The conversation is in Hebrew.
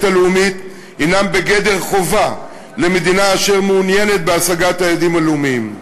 הלאומית הנם בגדר חובה למדינה אשר מעוניינת בהשגת היעדים הלאומיים.